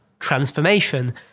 transformation